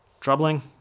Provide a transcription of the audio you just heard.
troubling